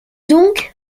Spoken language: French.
donc